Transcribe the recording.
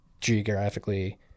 geographically